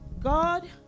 god